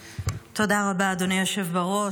רבה, אדוני היושב בראש.